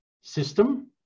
system